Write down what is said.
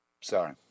sorry